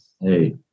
Hey